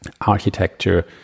architecture